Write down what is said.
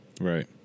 right